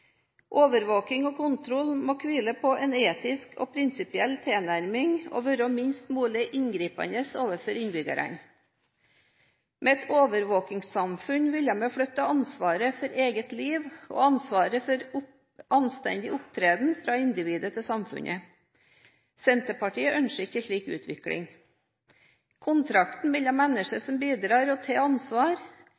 kontroll må hvile på en etisk og prinsipiell tilnærming og være minst mulig inngripende overfor innbyggerne. Med et overvåkingssamfunn vil man flytte ansvaret for eget liv og ansvaret for anstendig opptreden fra individet til samfunnet. Senterpartiet ønsker ikke en slik utvikling. Kontrakten mellom